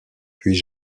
puis